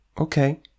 Okay